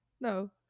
No